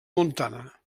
montana